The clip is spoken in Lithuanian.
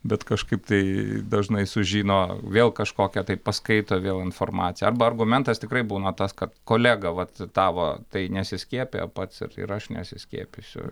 bet kažkaip tai dažnai sužino vėl kažkokią tai paskaito vėl informaciją arba argumentas tikrai būna tas kad kolega vat tavo tai nesiskiepija pats ir aš nesiskiepysiu